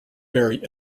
berry